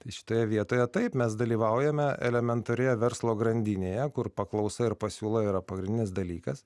tai šitoje vietoje taip mes dalyvaujame elementarioje verslo grandinėje kur paklausa ir pasiūla yra pagrindinis dalykas